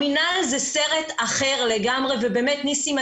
המינהל זה סרט אחר לגמרי ובאמת ניסים,